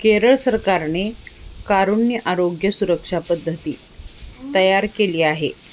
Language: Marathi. केरळ सरकारने कारुण्य आरोग्य सुरक्षा पद्धती तयार केली आहे